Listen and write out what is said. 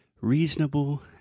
reasonable